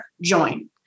Join